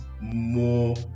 more